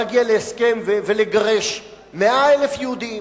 להגיע להסכם ולגרש 100,000 יהודים,